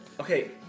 Okay